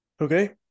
Okay